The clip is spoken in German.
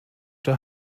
der